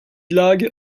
lage